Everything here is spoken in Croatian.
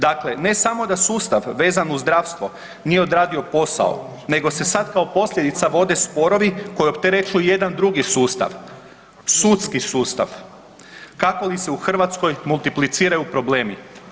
Dakle, ne samo da sustav vezano uz zdravstvo nije odradio posao, nego se sad kao posljedica vode sporovi koji opterećuju jedan drugi sustav, sudski sustav, kako li se u Hrvatskoj multipliciraju problemi.